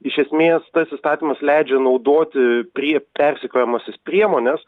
iš esmės tas įstatymas leidžia naudoti prie persekiojamąsias priemones